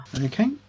okay